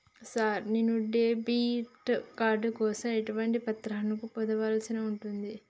Sir నేను debit card కోసం ఎటువంటి పత్రాలను పొందుపర్చాల్సి ఉంటది?